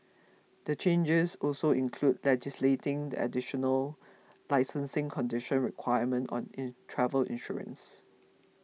the changes also include legislating the additional licensing condition requirement on travel insurance